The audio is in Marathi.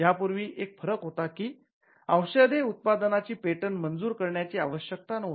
यापूर्वी एक फरक होता की औषधे उत्पादनाची पेटंट मंजूर करण्याची आवश्यकता नव्हती